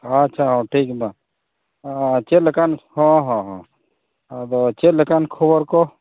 ᱟᱪᱪᱷᱟ ᱴᱷᱤᱠ ᱢᱟ ᱪᱮᱫᱞᱮᱠᱟᱱ ᱦᱮᱸ ᱦᱮᱸ ᱟᱫᱚ ᱪᱮᱫᱞᱮᱠᱟᱱ ᱠᱷᱚᱵᱚᱨᱠᱚ